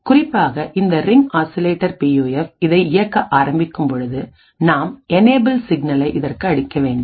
குறிப்பாக இந்த ring oscillator பியூஎஃப் இதை இயக்க ஆரம்பிக்கும் பொழுது நாம் என்யபல் சிக்னலை இதற்கு அளிக்கவேண்டும்